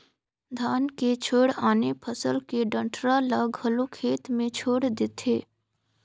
धान के छोयड़ आने फसल के डंठरा ल घलो खेत मे छोयड़ देथे